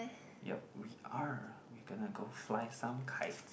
yup we are we gonna go fly some kite